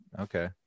Okay